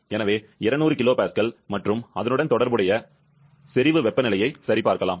எனவே 200 kPa மற்றும் அதனுடன் தொடர்புடைய செறிவு வெப்பநிலையை சரிபார்க்கலாம்